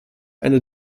eine